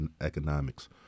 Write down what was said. economics